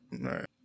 right